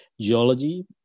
geology